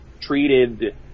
treated